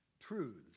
truths